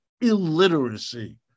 illiteracy